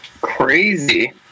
Crazy